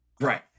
Right